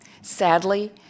Sadly